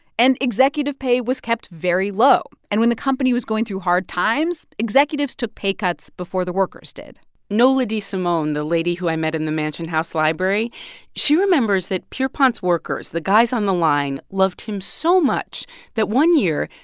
and executive pay was kept very low. and when the company was going through hard times, executives took pay cuts before the workers did nola desimone the lady who i met in the mansion house library she remembers that pierrepont's workers, the guys on the line, loved him so much that one year,